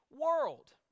world